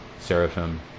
seraphim